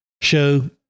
show